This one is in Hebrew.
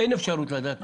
אין אפשרות לדעת.